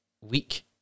week